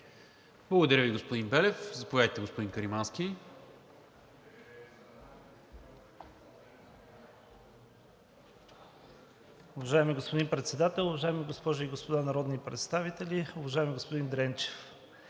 Благодаря ви, господин Белев. Заповядайте, господин Каримански. ЛЮБОМИР КАРИМАНСКИ (ИТН): Уважаеми господин Председател, уважаеми госпожи и господа народни представители! Уважаеми господин Дренчев!